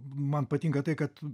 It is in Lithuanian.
man patinka tai kad